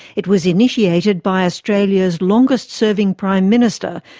it was initiated by australia's longest serving prime minister,